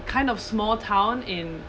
kind of small town in